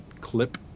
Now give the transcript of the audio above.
clip